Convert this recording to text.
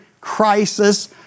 crisis